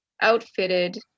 outfitted